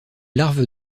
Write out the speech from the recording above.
larves